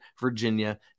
Virginia